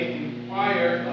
inquire